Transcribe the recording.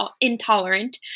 intolerant